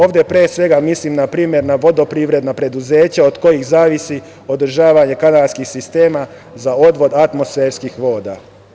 Ovde pre svega mislim na vodoprivredna preduzeća od kojih zavisi održavanje kanalskih sistema za odvod atmosferskih voda.